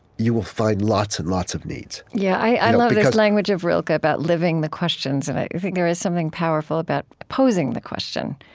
you will find lots and lots of needs yeah. i love this language rilke about living the questions. and i think there is something powerful about posing the question.